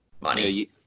money